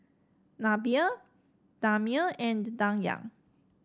Nabila Damia and Dayang